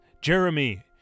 Jeremy